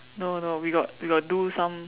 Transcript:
no no we got we got do some